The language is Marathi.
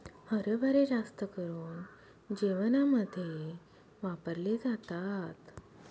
हरभरे जास्त करून जेवणामध्ये वापरले जातात